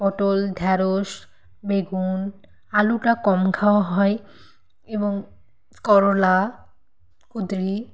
পটল ঢ্যাঁড়শ বেগুন আলুটা কম খাওয়া হয় এবং করলা কুঁদরি